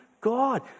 God